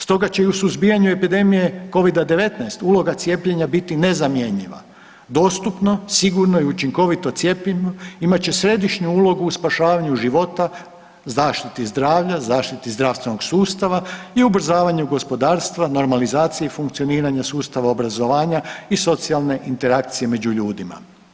Stoga će i u suzbijanju epidemije Covida-19 uloga cijepljenja biti nezamjenjiva, dostupno, sigurno i učinkovito cjepivo imat će središnju ulogu u spašavanju života, zaštiti zdravlja, zaštiti zdravstvenog sustava i ubrzavanju gospodarstva, normalizaciji funkcioniranja sustava obrazovanja i socijalne interakcije među ljudima.